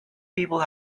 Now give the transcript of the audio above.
people